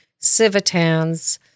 Civitans